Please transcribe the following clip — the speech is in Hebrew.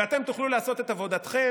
ואתם תוכלו לעשות את עבודתכם,